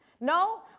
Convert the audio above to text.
No